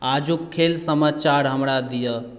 आजुक खेल समाचार हमरा दिअ